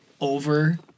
over